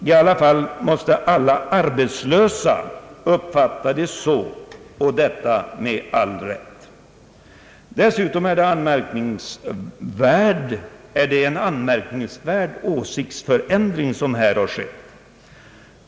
I varje fall måste alla arbetslösa uppfatta det så, och detta med all rätt. Dessutom är det en anmärkningsvärd åsiktsförändring som här har skett.